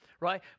Right